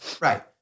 Right